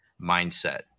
mindset